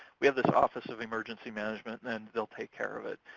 we have this office of emergency management, and they'll take care of it,